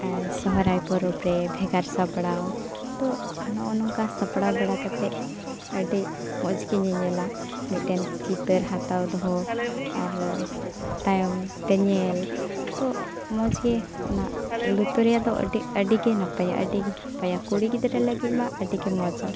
ᱥᱚᱨᱦᱟᱭ ᱯᱚᱨᱚᱵᱽᱨᱮ ᱵᱷᱮᱜᱟᱨ ᱥᱟᱯᱲᱟᱣ ᱛᱚ ᱱᱚᱜᱼᱚ ᱱᱚᱝᱠᱟ ᱥᱟᱯᱲᱟᱣ ᱵᱟᱲᱟ ᱠᱟᱛᱮᱫ ᱟᱹᱰᱤ ᱢᱚᱡᱽᱜᱮ ᱧᱮᱧᱮᱞᱟ ᱢᱤᱫᱴᱮᱱ ᱪᱤᱛᱟᱹᱨ ᱦᱟᱛᱟᱣ ᱫᱚᱦᱚ ᱟᱨ ᱛᱟᱭᱚᱢᱛᱮ ᱧᱮᱞ ᱛᱚ ᱢᱚᱡᱽᱜᱮ ᱚᱱᱟ ᱞᱩᱛᱩᱨ ᱨᱮᱭᱟᱜ ᱫᱚ ᱟᱹᱰᱤ ᱟᱹᱰᱤᱜᱮ ᱱᱟᱯᱟᱭᱟ ᱟᱹᱰᱤᱜᱮ ᱱᱟᱯᱟᱭᱟ ᱠᱩᱲᱤ ᱜᱤᱫᱽᱨᱟᱹ ᱞᱟᱹᱜᱤᱫ ᱢᱟ ᱟᱹᱰᱤᱜᱮ ᱢᱚᱡᱟ